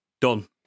Done